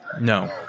No